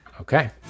okay